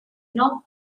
not